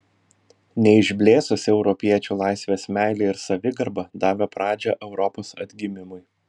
neišblėsusi europiečių laisvės meilė ir savigarba davė pradžią europos atgimimui